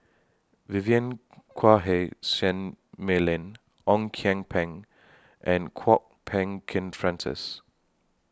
Vivien Quahe Seah Mei Lin Ong Kian Peng and Kwok Peng Kin Francis